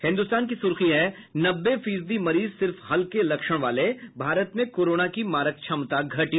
हिन्दुस्तान की सुर्खी है नब्बे फीसदी मरीज सिर्फ हलके लक्षण वाले भारत में कोरोना की मारक क्षमता घटी